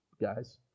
guys